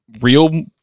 real